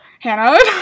Hannah